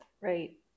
right